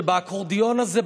שבאקורדיון הזה,